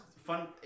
fun